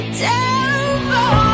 devil